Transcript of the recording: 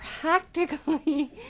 practically